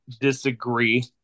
disagree